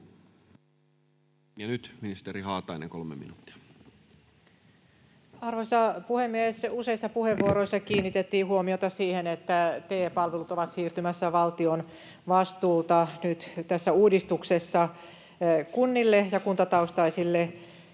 Ja nyt ministeri Haatainen, kolme minuuttia. Arvoisa puhemies! Useissa puheenvuoroissa kiinnitettiin huomiota siihen, että TE-palvelut ovat nyt tässä uudistuksessa siirtymässä valtion vastuulta kunnille ja kuntataustaisille